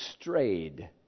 strayed